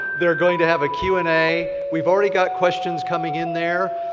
they're going to have a q and a, we've already got questions coming in there,